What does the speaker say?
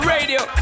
Radio